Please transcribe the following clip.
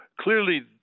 clearly